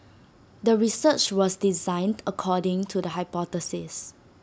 the research was designed according to the hypothesis